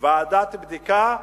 ועדת בדיקה,